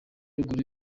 ruguru